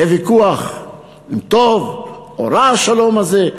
יהיה ויכוח אם טוב או רע השלום הזה,